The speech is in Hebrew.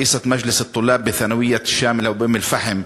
יושבת-ראש מועצת התלמידים באום-אלפחם,